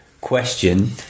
question